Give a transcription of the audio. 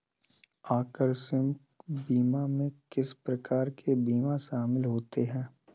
आकस्मिक बीमा में किस प्रकार के बीमा शामिल होते हैं?